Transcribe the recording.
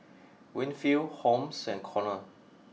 Winfield Holmes and Conor